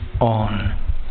on